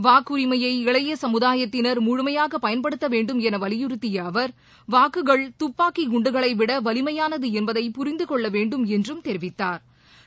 வாக்குரிமையை இளைய சமுதாயத்தினர் முழுமையாக பயன்படுத்த வேண்டும் என வலியுறுத்திய அவர் வாக்குகள் துப்பாக்கிக் குண்டுகளைவிட வலிமையானது என்பதை புரிந்து கொள்ள வேண்டும் என்றும் தெரிவித்தாா்